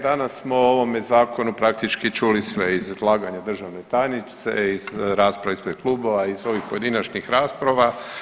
Danas smo o ovome zakonu praktički čuli sve iz izlaganja državne tajnice, iz rasprave ispred klubova i iz ovih pojedinačnih rasprava.